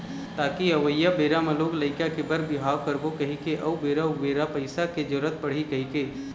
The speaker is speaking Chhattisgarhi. ताकि अवइया बेरा म लोग लइका के बर बिहाव करबो कहिके अउ बेरा उबेरा पइसा के जरुरत पड़ही कहिके